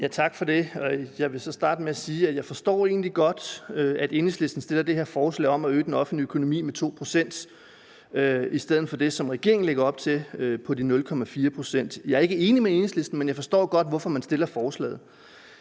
Tak for det. Jeg vil så starte med sige, at jeg egentlig godt forstår, at Enhedslisten har fremsat det her forslag om at øge den offentlige økonomi med 2 pct. i stedet for det, som regeringen lægger op til på de 0,4 pct. Jeg er ikke enig med Enhedslisten, men jeg forstår godt, hvorfor man har fremsat forslaget.